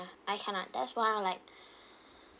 I cannot that's why I'll like